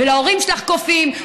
ו"ההורים שלך קופים".